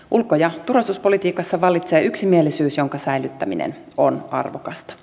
ulko ja turvallisuuspolitiikassa vallitsee yksimielisyys jonka säilyttäminen on arvokasta